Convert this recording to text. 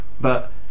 But-